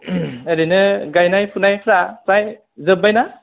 ओरैनो गायनाय फुनायफोरा फ्राय जोब्बायना